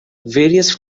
various